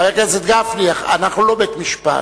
חבר הכנסת גפני, אנחנו לא בית-משפט.